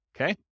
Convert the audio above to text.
Okay